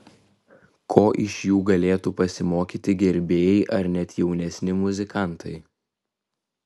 ko iš jų galėtų pasimokyti gerbėjai ar net jaunesni muzikantai